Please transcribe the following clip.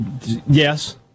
Yes